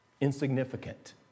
Insignificant